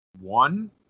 One